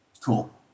Cool